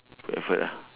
put effort ah